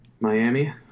Miami